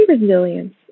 resilience